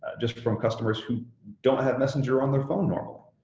just from customers who don't have messenger on their phone already,